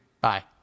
Bye